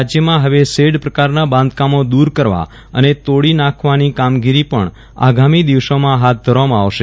રાજ્યમાં ફવે શેડ પ્રકારના બાંધકામો દૂર કરવા અને તોડી નાખવાની કામગીરી પણ આગામી દિવસોમાં ફાથ ધરવામાં આવશે